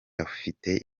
afite